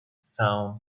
sound